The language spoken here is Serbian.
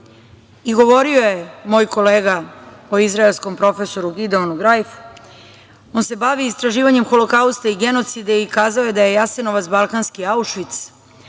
i govorio je moj kolega o izraelskom profesoru Gideonu Grajfu. On se bavi istraživanjem Holokausta i genocida i kazao je da je Jasenovac balkanski Aušvic,